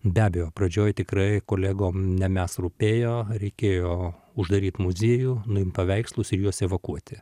be abejo pradžioj tikrai kolegom ne mes rūpėjo reikėjo uždarytmuziejų nuimt paveikslus ir juos evakuoti